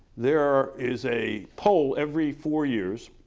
there is a poll every four years